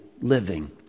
living